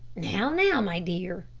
now, now, my dear,